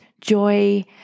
joy